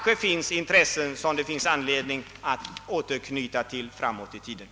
Det finns kanske anledning att återkomma till den frågan framdeles.